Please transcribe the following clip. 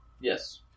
Yes